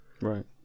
Right